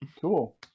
Cool